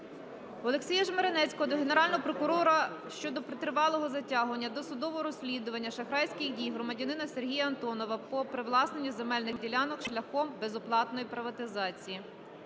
Олексія Жмеренецького до Генерального прокурора щодо тривалого затягування досудового розслідування шахрайських дій громадянина Сергія Антонова по привласненню земельних ділянок шляхом безоплатної приватизації.